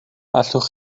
allwch